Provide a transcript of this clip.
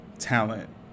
talent